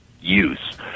use